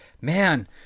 man